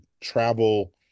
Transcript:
travel